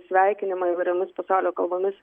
sveikinimą įvairiomis pasaulio kalbomis